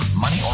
money